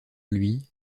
lui